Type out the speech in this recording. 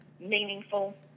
meaningful